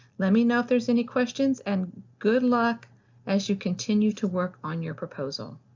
let me know if there's any questions and good luck as you continue to work on your proposal!